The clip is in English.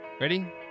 ready